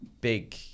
big